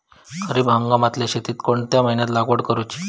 खरीप हंगामातल्या शेतीक कोणत्या महिन्यात लागवड करूची?